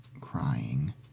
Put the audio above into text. crying